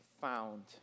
found